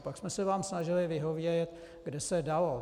Pak jsme se vám snažili vyhovět, kde se dalo.